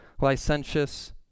licentious